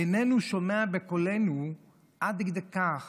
"איננו שומע בקולנו" עד כדי כך